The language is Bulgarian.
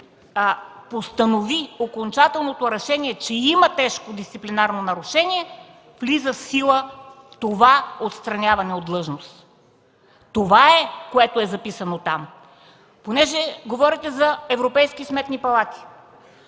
постанови окончателното решение – че има тежко дисциплинарно нарушение, влиза в сила отстраняването от длъжност. Това е записано там. Понеже говорите за европейски сметни палати,